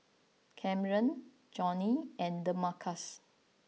Camren Johny and Demarcus